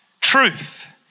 truth